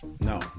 no